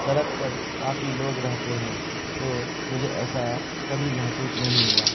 سڑک پر کافی لوگ رہتے ہیں تو مجھے ایسا کبھی محسوس نہیں ہوا